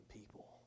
people